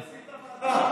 את הוועדה.